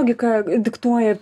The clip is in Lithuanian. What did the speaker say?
logika diktuoja